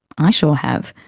i sure have.